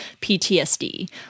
PTSD